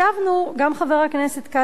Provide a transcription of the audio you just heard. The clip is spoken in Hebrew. חבר הכנסת כץ ואני,